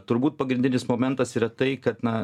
turbūt pagrindinis momentas yra tai kad na